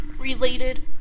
related